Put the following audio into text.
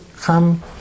come